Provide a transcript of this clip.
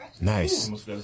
Nice